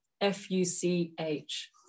F-U-C-H